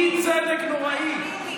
אי-צדק נוראי.